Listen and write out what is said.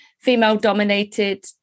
female-dominated